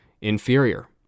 inferior